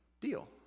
deal